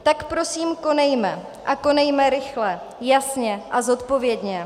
Tak prosím konejme, a konejme rychle, jasně a zodpovědně.